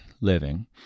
living